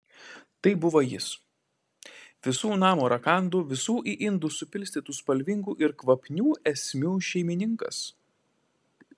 tai buvo jis visų namo rakandų visų į indus supilstytų spalvingų ir kvapnių esmių šeimininkas